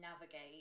navigate